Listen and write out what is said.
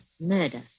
Murder